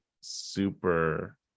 super